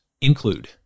include